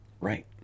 Right